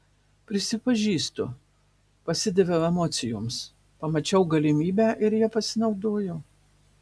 prisipažįstu pasidaviau emocijoms pamačiau galimybę ir ja pasinaudojau